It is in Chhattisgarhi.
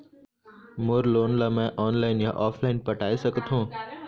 मोर लोन ला मैं ऑनलाइन या ऑफलाइन पटाए सकथों?